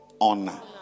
honor